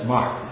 Mark